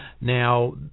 Now